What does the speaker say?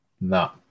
no